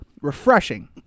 refreshing